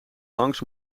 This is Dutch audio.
langs